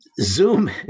Zoom